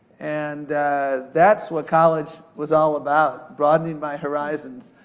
and that's what college was all about, broadening my horizons,